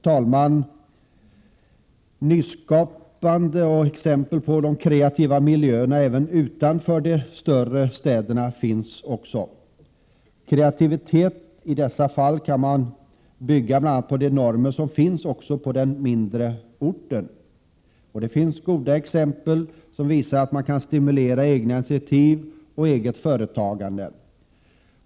Exempel på nyskapande och kreativa miljöer finns också utanför de större städerna. Kreativitet i dessa fall kan man bygga bl.a. på de normer som gäller även på mindre orter. Det finns goda exempel på att man kan stimulera egna initiativ och eget företagande.